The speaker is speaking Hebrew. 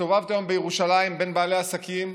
הסתובבתי היום בירושלים בין בעלי עסקים.